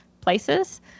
places